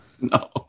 no